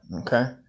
okay